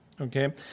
okay